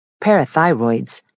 parathyroids